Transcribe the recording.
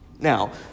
Now